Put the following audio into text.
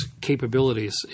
capabilities